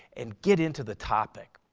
and get into the topic.